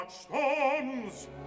storms